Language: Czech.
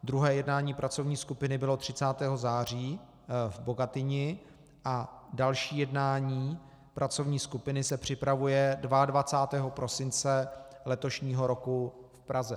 Druhé jednání pracovní skupiny bylo 30. září v Bogatyni a další jednání pracovní skupiny se připravuje na 22. prosince letošního roku v Praze.